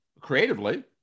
creatively